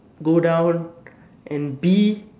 go down and be